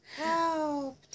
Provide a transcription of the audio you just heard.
Help